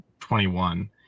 21